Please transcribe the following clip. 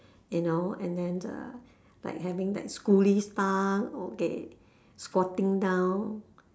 you know and then uh like having like coolie style okay squatting down